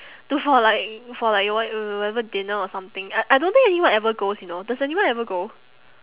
to for like for like wh~ whatever dinner or something I I don't think anyone ever goes you know does anyone ever go